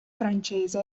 francese